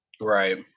Right